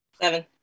Seven